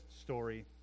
story